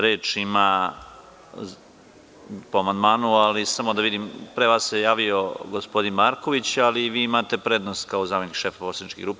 Reč ima po amandmanu, samo da vidim, pre vas se javio gospodin Marković, ali vi imate prednost kao zamenik šefa poslaničke grupe.